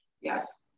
Yes